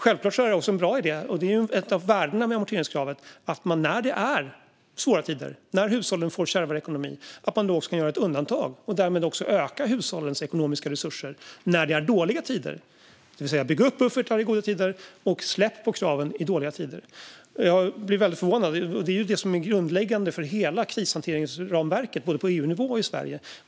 Självklart är det en bra idé - och det är ju ett av värdena med amorteringskravet - att man när det är svåra tider och när hushållen får kärvare ekonomi kan göra ett undantag och därmed också öka hushållens ekonomiska resurser när det är dåliga tider. Det handlar alltså om att bygga upp buffertar i goda tider och släppa på kraven i dåliga tider. Jag blir väldigt förvånad - det är ju detta som är grundläggande för hela krishanteringsramverket både på EU-nivå och i Sverige.